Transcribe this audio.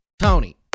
Tony